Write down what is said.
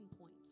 point